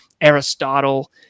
Aristotle